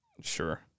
Sure